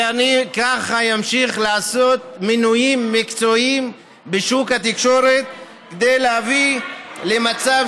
וככה אמשיך לעשות מינויים מקצועיים בשוק התקשורת כדי להביא למצב